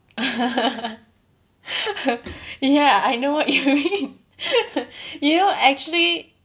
ya I know what you mean you know actually